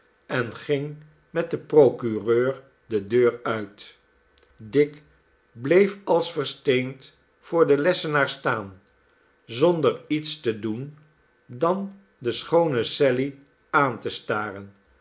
en ging met den procureur de deur uit dick bleef als versteend voor den lessenaar staan zonder iets te doen dan de schoone sally aan te staren